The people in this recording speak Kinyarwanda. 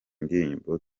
ndirimbo